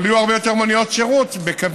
אבל יהיו הרבה יותר מוניות שירות בקווים